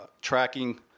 tracking